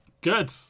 Good